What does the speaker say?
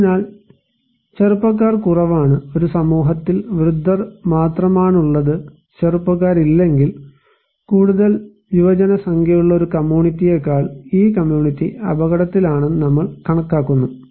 അതിനാൽ ചെറുപ്പക്കാർ കുറവാണ് ഒരു സമൂഹത്തിൽ വൃദ്ധർ മാത്രമാണുള്ളത് ചെറുപ്പക്കാരില്ലെങ്കിൽ കൂടുതൽ യുവജനസംഖ്യയുള്ള ഒരു കമ്മ്യൂണിറ്റിയേക്കാൾ ഈ കമ്മ്യൂണിറ്റി അപകടത്തിലാണെന്ന് നമ്മൾ കണക്കാക്കുന്നു